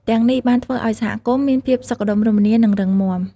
ទាំងនេះបានធ្វើឱ្យសហគមន៍មានភាពសុខដុមរមនា និងរឹងមាំ។